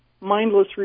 mindless